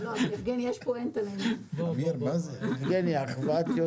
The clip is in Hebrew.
2020. אנחנו לא מדברים על הפסדים של 80% או 90%,